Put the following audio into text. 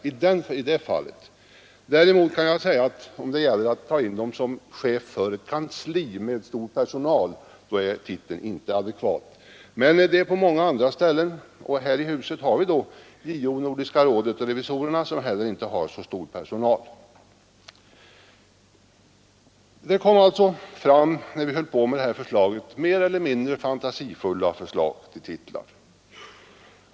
Om en kanslichef däremot skall ses som chef för ett kansli med stor personal, är titeln inte adekvat. Men denna titel förekommer på många andra ställen. Så är fallet här i huset inom riksdagens ombudsmannaexpedition, inom Nordiska rådets svenska delegations kansli och inom riksdagsrevisorernas kansli, där man inte heller har så stor personal. Det framfördes under vårt arbete mer eller mindre fantasifulla förslag till titlar.